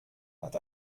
hat